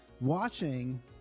watching